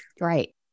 Right